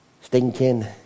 Stinking